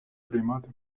приймати